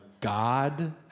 God